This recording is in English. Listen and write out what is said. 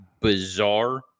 bizarre